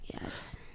Yes